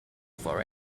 for